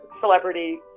celebrity